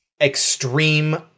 extreme